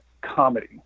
comedy